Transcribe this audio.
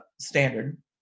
standard